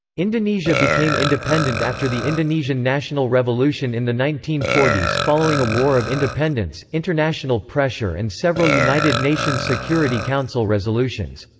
indonesia became independent after the indonesian national revolution in the nineteen forty s following a war of independence, international pressure and several united nations security council resolutions.